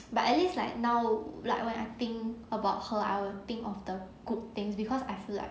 but at least like now like when I think about her I will think of the good things because I feel like